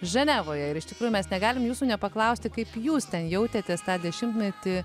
ženevoje ir iš tikrųjų mes negalim jūsų nepaklausti kaip jūs ten jautėtės tą dešimtmetį